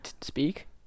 speak